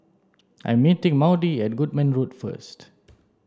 I'm meeting Maudie at Goodman Road first